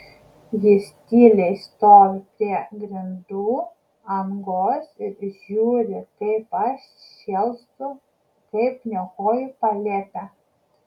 jis tyliai stovi prie grindų angos ir žiūri kaip aš šėlstu kaip niokoju palėpę